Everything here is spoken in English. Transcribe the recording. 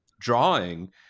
drawing